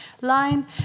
line